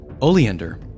Oleander